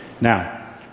Now